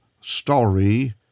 story